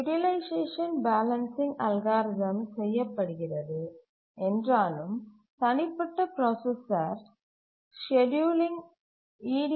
utilisation balancing algorithm செய்யப்படுகிறது என்றாலும் தனிப்பட்ட பிராசசர் ஸ்கேட்யூலிங் ஈ